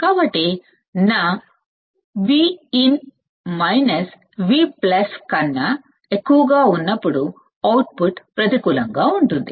కాబట్టి నా Vin V కన్నా ఎక్కువగా ఉన్నప్పుడు అవుట్పుట్ ప్రతికూలంగా ఉంటుంది